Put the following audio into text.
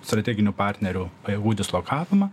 strateginių partnerių pajėgų dislokavimą